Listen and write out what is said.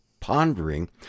pondering